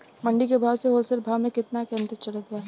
मंडी के भाव से होलसेल भाव मे केतना के अंतर चलत बा?